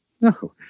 No